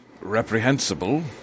reprehensible